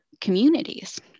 communities